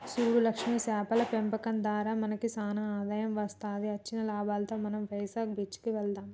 సూడు లక్ష్మి సేపల పెంపకం దారా మనకి సానా ఆదాయం వస్తది అచ్చిన లాభాలలో మనం వైజాగ్ బీచ్ కి వెళ్దాం